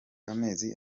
amezi